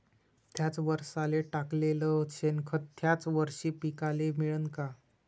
थ्याच वरसाले टाकलेलं शेनखत थ्याच वरशी पिकाले मिळन का?